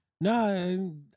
No